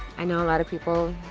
i know a lot of people.